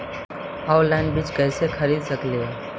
Online बीज कईसे खरीद सकली हे?